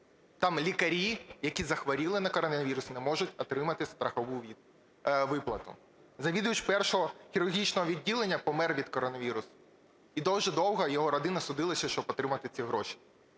там лікарі, які захворіли на коронавірус, не можуть отримати страхову виплату. Завідувач першого хірургічного відділення помер від коронавірусу і дуже довго його родина судилася, щоб отримати ці гроші.